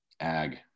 Ag